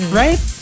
right